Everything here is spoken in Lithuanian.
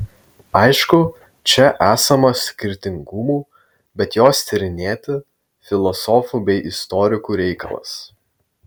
aišku čia esama skirtingumų bet juos tyrinėti filosofų bei istorikų reikalas